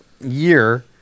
year